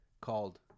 called